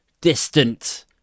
distant